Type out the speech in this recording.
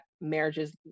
marriages